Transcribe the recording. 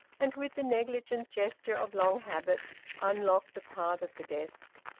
and with the negligent gesture of long habit unlocked a part of the desk,